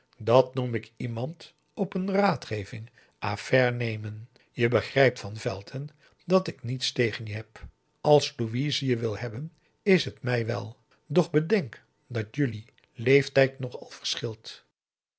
dat noem ik iemand op een raadgeving à f a i r e nemen je begrijpt van velton dat ik niets tegen je heb als louise je wil hebben is het mij wèl doch bedenk dat jullie leeftijd nogal verschilt